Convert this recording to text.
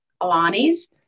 Alani's